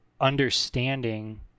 understanding